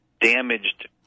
damaged